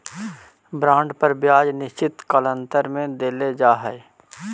bond पर ब्याज निश्चित कालांतर में देल जा हई